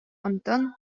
онтон